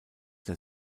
der